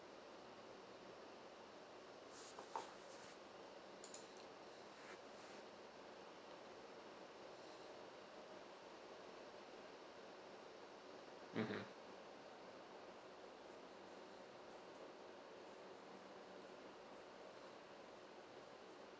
mmhmm